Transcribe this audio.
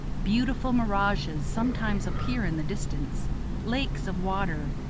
beautiful mirages sometimes appear in the distance lakes of water,